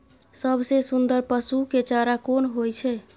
सबसे सुन्दर पसु के चारा कोन होय छै?